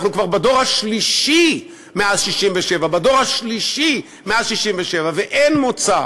אנחנו כבר בדור השלישי מאז 67' בדור השלישי מאז 67' ואין מוצא,